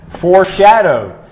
foreshadowed